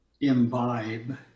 imbibe